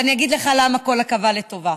ואני אגיד לך למה כל עכבה לטובה.